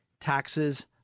taxes